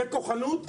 זה כוחניות,